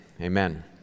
amen